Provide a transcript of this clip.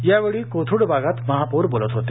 यावेळी कोथरूड भागात महापौर बोलत होते